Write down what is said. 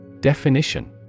Definition